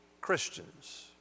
Christians